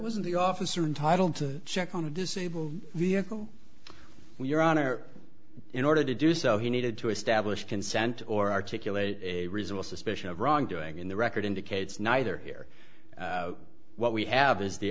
was the officer entitled to check on the disabled vehicle your honor in order to do so he needed to establish consent or articulate a reasonable suspicion of wrongdoing in the record indicates neither here what we have is the